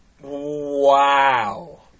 Wow